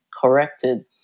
corrected